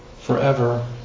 forever